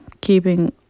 keeping